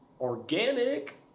Organic